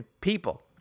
People